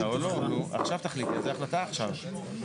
עכשיו תחליטי, זו החלטה עכשיו.